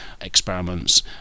experiments